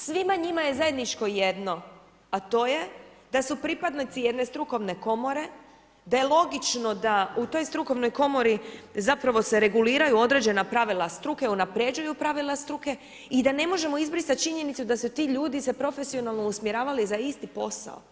Svima njima je zajedničko jedno, a to je da su pripadnici jedne strukovne Komore, da je logično da u toj strukovnoj Komori zapravo se reguliraju određena pravila struke, unapređuju pravila struke, i da ne možemo izbrisat činjenicu da su se ti ljudi profesionalno usmjeravali za isti posao.